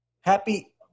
Happy